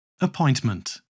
Appointment